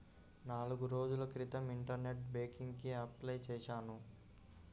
నాల్గు రోజుల క్రితం ఇంటర్నెట్ బ్యేంకింగ్ కి అప్లై చేశాను